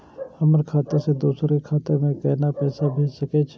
हमर खाता से दोसर के खाता में केना पैसा भेज सके छे?